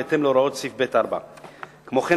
בהתאם להוראות סעיף 4ב. כמו כן,